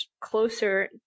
closer